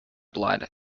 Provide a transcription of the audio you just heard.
blood